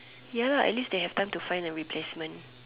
ya lah at least they have time to find a replacement